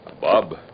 Bob